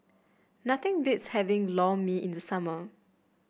nothing beats having Lor Mee in the summer